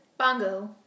Bongo